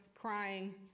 crying